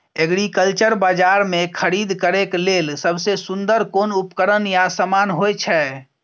Agriculture बाजार में खरीद करे के लेल सबसे सुन्दर कोन उपकरण या समान होय छै?